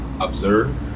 Observe